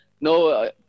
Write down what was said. no